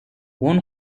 one